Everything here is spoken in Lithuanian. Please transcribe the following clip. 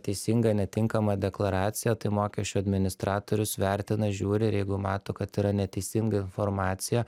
teisinga netinkama deklaraciją tai mokesčių administratorius vertina žiūri jeigu mato kad yra neteisinga informacija